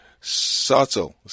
subtle